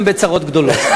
הם בצרות גדולות.